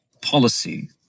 policy